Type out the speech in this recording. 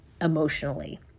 emotionally